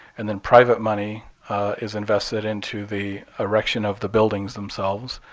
and then private money is invested into the erection of the buildings themselves.